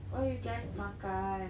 where you guys makan